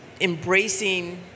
embracing